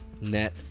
Net